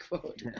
quote